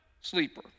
sleeper